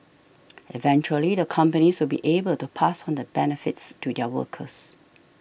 eventually the companies will be able to pass on the benefits to their workers